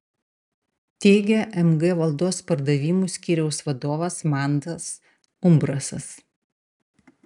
teigia mg valdos pardavimų skyriaus vadovas mantas umbrasas